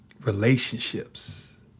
relationships